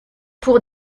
pour